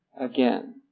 again